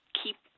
keep